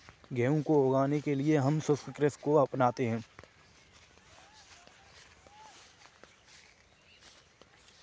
गेहूं को उगाने के लिए हम शुष्क कृषि को अपनाते हैं